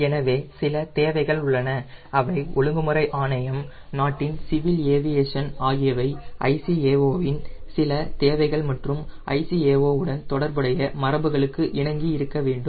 எனவே சில தேவைகள் உள்ளன அவை ஒழுங்குமுறை ஆணையம் நாட்டின் சிவில் ஏவியேஷன் ஆகியவை ICAO வின் சில தேவைகள் மற்றும் ICAO உடன் தொடர்புடைய மரபுகளுக்கு இணங்கி இருக்க வேண்டும்